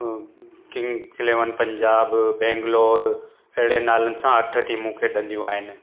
Kings Eleven Punjab Bangalore अहिड़े नालनि सां अठ टीमूं खेॾंदियूं आहिनि